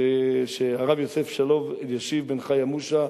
את הרב יוסף שלום אלישיב בן חיה מושא,